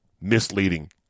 Misleading